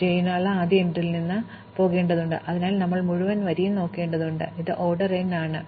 J നായുള്ള ആദ്യ എൻട്രിയിൽ നിന്ന് നിങ്ങൾ പോകേണ്ടതുണ്ട് ഇതിനായി ഞങ്ങൾ മുഴുവൻ വരിയും നോക്കേണ്ടതുണ്ട് അതിനാൽ ഇത് ഓർഡർ n ആണ്